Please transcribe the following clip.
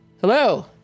Hello